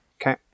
Okay